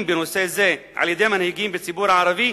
בנושא זה על-ידי מנהיגים בציבור הערבי,